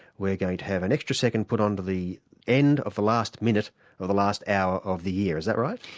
we're going to have an extra second put onto the end of the last minute of the last hour of the year. is that right?